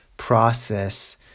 process